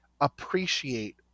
appreciate